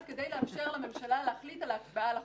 כדי לאפשר לממשלה להחליט על ההצבעה על החוק.